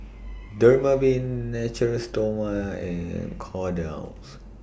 Dermaveen Natura Stoma and Kordel's